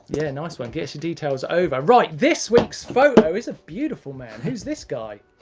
yeah, nice one. get us your details over. alright, this week's photo is a beautiful man. who's this guy?